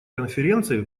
конференции